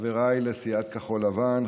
חבריי לסיעת כחול לבן,